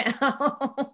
now